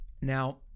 Now